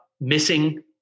missing